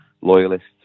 loyalists